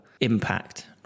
impact